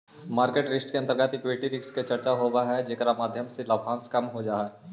market risk के अंतर्गत equity risk के चर्चा होवऽ हई जेकरा माध्यम से लाभांश कम हो जा हई